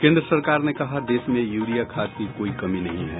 केन्द्र सरकार ने कहा देश में यूरिया खाद की कोई कमी नहीं है